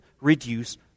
reduce